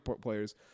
players